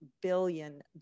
billion